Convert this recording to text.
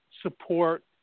support